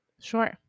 Sure